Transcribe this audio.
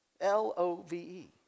L-O-V-E